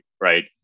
right